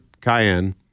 cayenne